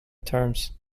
terms